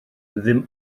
ddim